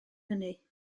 hynny